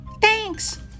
Thanks